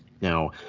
Now